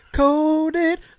coated